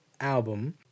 album